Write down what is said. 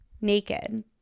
naked